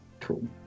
cool